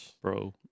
Bro